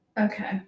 Okay